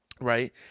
right